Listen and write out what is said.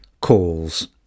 calls